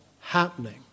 happening